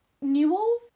Newell